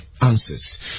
answers